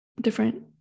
different